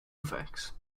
effects